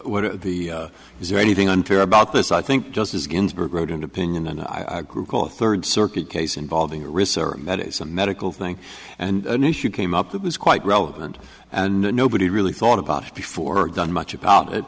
what are the is there anything unfair about this i think justice ginsburg wrote an opinion and i grew call a third circuit case involving a researcher that is a medical thing and an issue came up that was quite relevant and nobody really thought about it before done much about it